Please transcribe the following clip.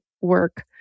work